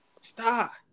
Stop